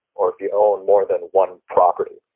or if you own more than one property.